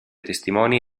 testimoni